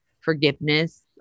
forgiveness